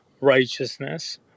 righteousness